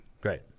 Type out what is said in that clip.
Great